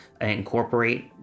incorporate